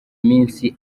iminsi